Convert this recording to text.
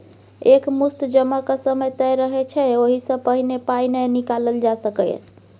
एक मुस्त जमाक समय तय रहय छै ओहि सँ पहिने पाइ नहि निकालल जा सकैए